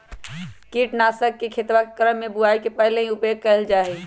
कीटनाशकवन के खेतवा के क्रम में बुवाई के पहले भी उपयोग कइल जाहई